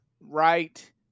right